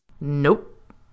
Nope